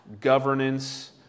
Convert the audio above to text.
governance